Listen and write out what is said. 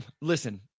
listen